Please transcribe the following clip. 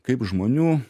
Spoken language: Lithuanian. kaip žmonių